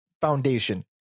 foundation